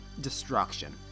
destruction